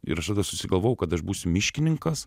ir aš tada susigalvojau kad aš būsiu miškininkas